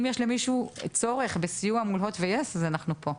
אם יש למישהו צורך בסיוע מול הוט ויס, אנחנו פה.